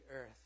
earth